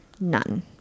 none